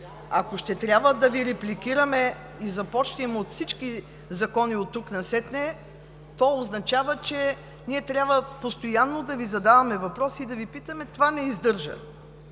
Ако ще трябва да Ви репликираме и започнем от всички закони оттук насетне, то означава, че ние трябва постоянно да Ви задаваме въпроси и да Ви питаме – това не издържа.